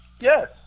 Yes